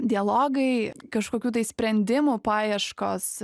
dialogai kažkokių tai sprendimų paieškos